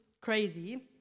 crazy